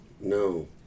No